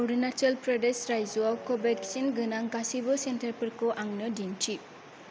अरुनाचल प्रदेश रायजोआव कवेक्सिन गोनां गासैबो सेन्टारफोरखौ आंनो दिन्थि